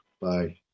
Bye